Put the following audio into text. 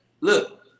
Look